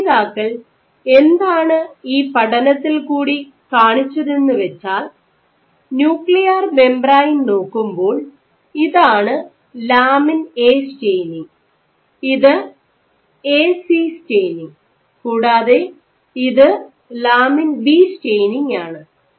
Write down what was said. രചയിതാക്കൾ എന്താണ് ഈ പഠനത്തിൽകൂടി കാണിച്ചതെന്തെന്നു വെച്ചാൽ ന്യൂക്ലിയാർ മെംബ്രേയ്ൻ നോക്കുമ്പോൾ ഇതാണ് ലാമിൻ എ സ്റ്റെയിനിംഗ് ഇത് എസി സ്റ്റെയിനിംഗ് AC staining കൂടാതെ ഇത് ലാമിൻ ബി സ്റ്റെയിനിംഗ് ആണ്